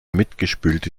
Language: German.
mitgespülte